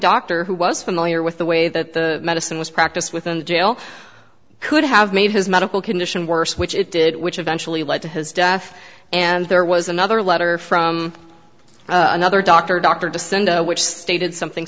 doctor who was familiar with the way that the medicine was practiced within the jail could have made his medical condition worse which it did which eventually led to his death and there was another letter from another doctor dr descend which stated something